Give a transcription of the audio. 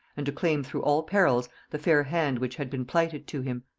and to claim through all perils the fair hand which had been plighted to him.